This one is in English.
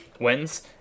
wins